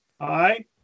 Hi